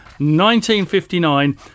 1959